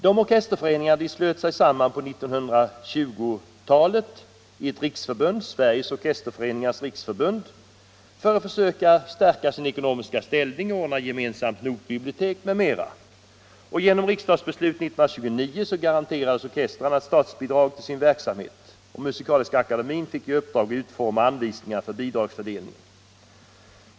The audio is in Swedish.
Dessa orkesterföreningar slöt sig på 1920-talet samman i ett riksförbund, Sveriges orkesterföreningars riksförbund , för att gemensamt söka stärka sin ekonomiska ställning, ordna gemensamt notbibliotek m.m. Genom riksdagsbeslut 1929 garanterades orkestrarna ett statsbidrag till sin verksamhet. Musikaliska akademien fick i uppdrag att utforma anvisningar för bidragsfördelningen.